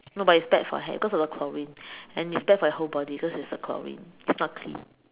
no but it's bad for hair cause of the Chlorine and it's bad for your whole body because it's a Chlorine it's not clean